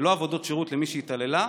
ולא עבודות שירות למי שהתעללה,